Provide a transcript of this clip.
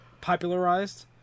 popularized